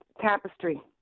Tapestry